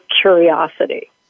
curiosity